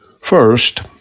First